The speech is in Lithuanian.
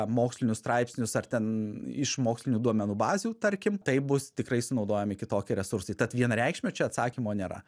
mokslinius straipsnius ar ten iš mokslinių duomenų bazių tarkim taip bus tikrai sunaudojami kitokie resursai tad vienareikšmio atsakymo nėra